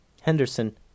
Henderson